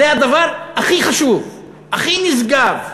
זה הדבר הכי חשוב, הכי נשגב,